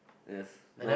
yes no